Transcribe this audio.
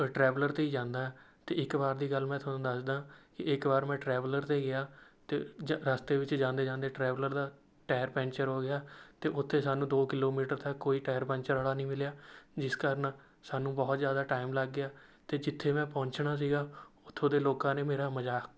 traveller 'ਤੇ ਹੀ ਜਾਂਦਾ ਅਤੇ ਇੱਕ ਵਾਰ ਦੀ ਗੱਲ ਮੈਂ ਤੁਹਾਨੂੰ ਦੱਸਦਾ ਇੱਕ ਵਾਰ ਮੈਂ ਟਰੈਵਲਰ 'ਤੇ ਗਿਆ ਅਤੇ ਜ ਰਸਤੇ ਵਿੱਚ ਜਾਂਦੇ ਜਾਂਦੇ ਟਰੈਵਲਰ ਦਾ ਟਾਇਰ ਪੈਂਚਰ ਹੋ ਗਿਆ ਅਤੇ ਉੱਥੇ ਸਾਨੂੰ ਦੋ ਕਿਲੋਮੀਟਰ ਤੱਕ ਕੋਈ ਟਾਇਰ ਪੈਂਚਰ ਵਾਲਾ ਨਹੀਂ ਮਿਲਿਆ ਜਿਸ ਕਾਰਨ ਸਾਨੂੰ ਬਹੁਤ ਜ਼ਿਆਦਾ ਟਾਈਮ ਲੱਗ ਗਿਆ ਅਤੇ ਜਿੱਥੇ ਮੈਂ ਪਹੁੰਚਣਾ ਸੀਗਾ ਉੱਥੋਂ ਦੇ ਲੋਕਾਂ ਨੇ ਮੇਰਾ ਮਜ਼ਾਕ